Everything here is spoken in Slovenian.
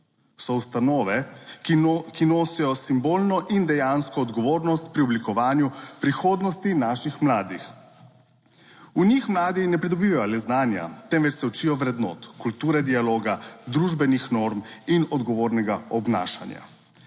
so ustanove, ki nosijo simbolno in dejansko odgovornost pri oblikovanju prihodnosti naših mladih. V njih mladi ne pridobivajo le znanja, temveč se učijo vrednot, kulture, dialoga, družbenih norm in odgovornega obnašanja.